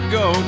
go